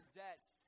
debts